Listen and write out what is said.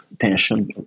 tension